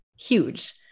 huge